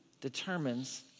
determines